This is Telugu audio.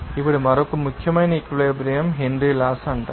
ఇప్పుడు మరొక ముఖ్యమైన ఈక్వలెబ్రియం లా హెన్రీ లాస్ అంటారు